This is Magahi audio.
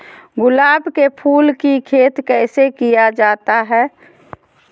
गुलाब के फूल की खेत कैसे किया जाता है?